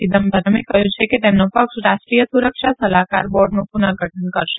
ચિદમ્બરમે કહ્યું છે કે તેમનો પક્ષ રાષ્ટ્રીય સુરક્ષા સલાહકાર બોર્ડનું પુનર્ગઠન કરશે